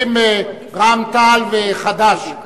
רע"ם-תע"ל וחד"ש,